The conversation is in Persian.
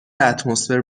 اتمسفر